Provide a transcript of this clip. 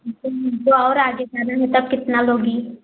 हमको और आगे जाना है बताओ कितना लोगी